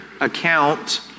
account